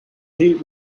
heat